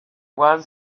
was